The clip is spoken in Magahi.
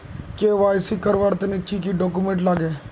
के.वाई.सी करवार तने की की डॉक्यूमेंट लागे?